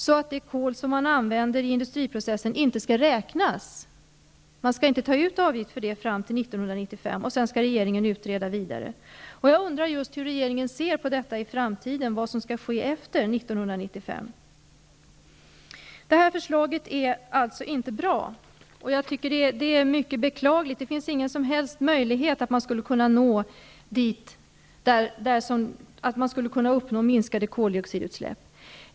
Det kol som används i industriprocessen skall inte räknas. Ingen avgift skall tas ut fram till 1995. Sedan skall regeringen utreda vidare. Jag undrar just hur regeringen ser på framtiden i detta avseende, dvs. hur man ser på det som skall ske efter 1995. Det aktuella förslaget är alltså inte bra, och det är mycket beklagligt. Det finns ingen som helst möjlighet att få minskade koldioxidutsläpp.